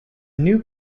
new